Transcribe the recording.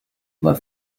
were